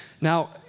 Now